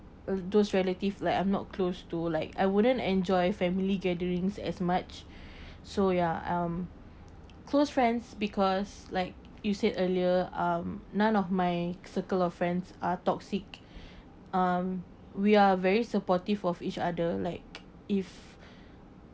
of those relative like I'm not close to like I wouldn't enjoy family gatherings as much so ya um close friends because like you said earlier um none of my circle of friends are toxic um we are very supportive of each other like if